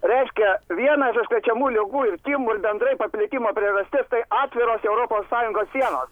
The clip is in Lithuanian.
reiškia viena iš užkrečiamų ligų ir tymų ir bendrai paplitimo priežastis tai atviros europos sąjungos sienos